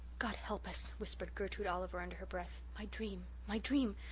god help us, whispered gertrude oliver under her breath. my dream my dream!